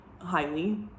highly